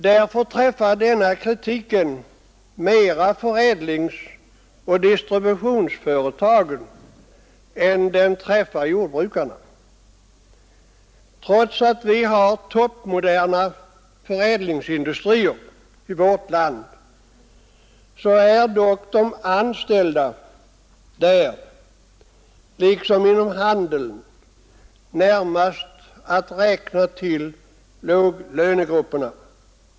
Därför träffar denna kritik mera förädlingsoch distributionsföretagen än den träffar jordbrukarna. Trots att vi har toppmoderna förädlingsindustrier i vårt land är de anställda där liksom inom handeln närmast att räkna till låglönegrupperna.